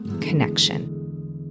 connection